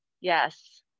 Yes